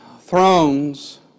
thrones